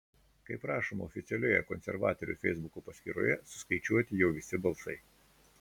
kaip rašoma oficialioje konservatorių feisbuko paskyroje suskaičiuoti jau visi balsai